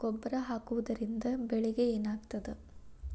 ಗೊಬ್ಬರ ಹಾಕುವುದರಿಂದ ಬೆಳಿಗ ಏನಾಗ್ತದ?